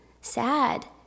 sad